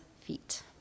feet